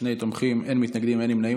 שני תומכים, אין מתנגדים, אין נמנעים.